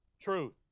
truth